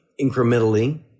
incrementally